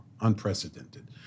unprecedented